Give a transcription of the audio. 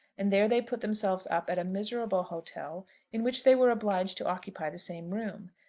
and there they put themselves up at a miserable hotel in which they were obliged to occupy the same room.